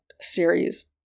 series